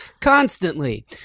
Constantly